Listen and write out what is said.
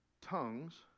tongues